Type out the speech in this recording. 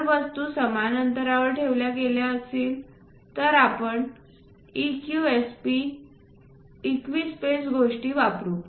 जर वस्तू समान अंतर ठेवल्या गेल्या तर आपण EQSP इक्वि स्पेस प्गोष्टी वापरू